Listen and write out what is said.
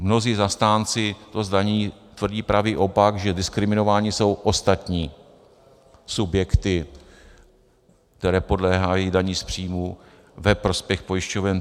Mnozí zastánci toho zdanění tvrdí pravý opak, že diskriminovány jsou ostatní subjekty, které podléhají dani z příjmu ve prospěch pojišťoven.